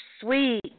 sweet